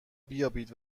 بیابید